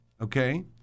okay